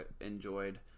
enjoyed